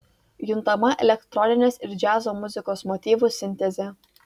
juntama elektroninės ir džiazo muzikos motyvų sintezė